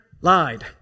lied